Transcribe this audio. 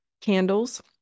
candles